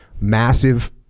Massive